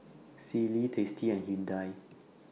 Sealy tasty and Hyundai